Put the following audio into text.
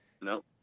No